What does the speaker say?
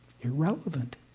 irrelevant